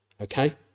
okay